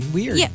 Weird